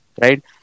right